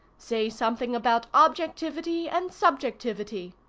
say something about objectivity and subjectivity.